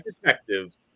detective